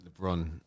LeBron-